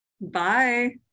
Bye